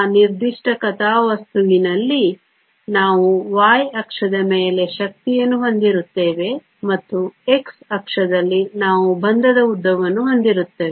ಆ ನಿರ್ದಿಷ್ಟ ಕಥಾವಸ್ತುವಿನಲ್ಲಿ ನಾವು y ಅಕ್ಷದ ಮೇಲೆ ಶಕ್ತಿಯನ್ನು ಹೊಂದಿರುತ್ತೇವೆ ಮತ್ತು x ಅಕ್ಷದಲ್ಲಿ ನಾವು ಬಂಧದ ಉದ್ದವನ್ನು ಹೊಂದಿರುತ್ತೇವೆ